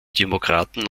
demokraten